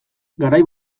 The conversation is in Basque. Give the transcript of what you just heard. garai